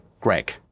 greg